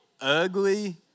ugly